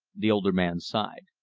the older man sighed.